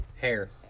hair